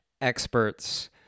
experts